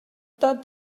that